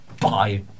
Bye